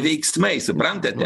veiksmai suprantate